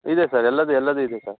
ಇದೆ ಸರ್ ಎಲ್ಲದು ಎಲ್ಲದು ಇದೆ ಸರ್